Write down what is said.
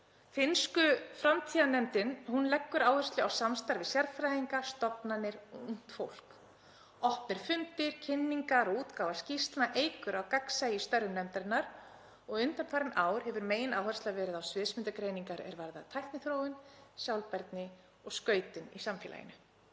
Finnska framtíðarnefndin leggur áherslu á samstarf við sérfræðinga, stofnanir og ungt fólk. Opnir fundir, kynningar og útgáfa skýrslna eykur á gagnsæi í störfum nefndarinnar. Undanfarin ár hefur megináhersla verið á sviðsmyndagreiningar er varða tækniþróun, sjálfbærni og skautun í samfélaginu.